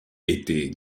était